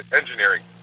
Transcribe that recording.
Engineering